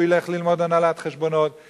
הוא ילך ללמוד הנהלת חשבונות,